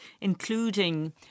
including